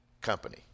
company